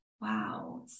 wow